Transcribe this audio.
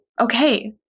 okay